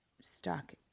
stuck